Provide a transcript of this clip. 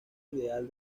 ideal